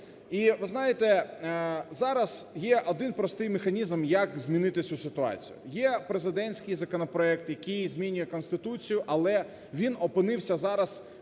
І ви знаєте, зараз є один простий механізм, як змінити цю ситуацію. Є президентський законопроект, який змінює конституцію, але він опинився зараз